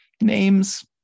names